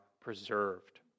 preserved